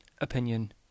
opinion